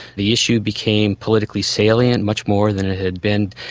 the issue became politically salient, much more than it had been,